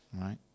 Right